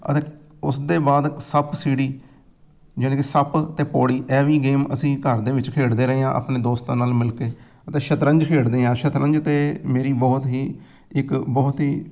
ਅਤੇ ਉਸਦੇ ਬਾਅਦ ਸੱਪ ਸੀਡੀ ਜਾਣੀ ਕਿ ਸੱਪ ਅਤੇ ਪੌੜੀ ਇਹ ਵੀ ਗੇਮ ਅਸੀਂ ਘਰ ਦੇ ਵਿੱਚ ਖੇਡਦੇ ਰਹੇ ਹਾਂ ਆਪਣੇ ਦੋਸਤਾਂ ਨਾਲ ਮਿਲ ਕੇ ਅਤੇ ਸ਼ਤਰੰਜ ਖੇਡਦੇ ਹਾਂ ਸ਼ਤਰੰਜ ਤਾਂ ਮੇਰੀ ਬਹੁਤ ਹੀ ਇੱਕ ਬਹੁਤ ਹੀ